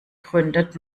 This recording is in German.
gründet